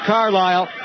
Carlisle